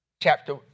Chapter